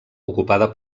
ocupada